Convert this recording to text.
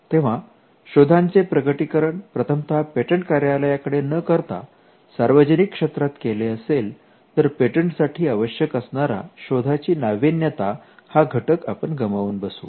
तेव्हा शोधाचे प्रकटीकरण प्रथमतः पेटंट कार्यालयाकडे न करता सार्वजनिक क्षेत्रात केले असेल तर पेटंटसाठी आवश्यक असणारा शोधाची नाविन्यता हा घटक आपण गमावून बसू